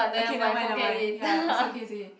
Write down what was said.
okay nevermind nevermind ya it's okay it's okay